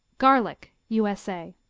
garlic u s a.